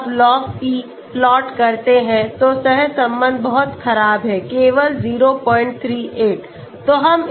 जब आप Log P plot करते हैं तो सहसंबंध बहुत खराब है केवल 038